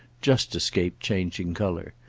just escaped changing colour.